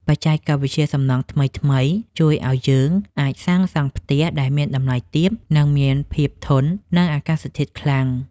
បច្ចេកវិទ្យាសំណង់ថ្មីៗជួយឱ្យយើងអាចសាងសង់ផ្ទះដែលមានតម្លៃទាប និងមានភាពធន់នឹងអាកាសធាតុខ្លាំង។